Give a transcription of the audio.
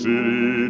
City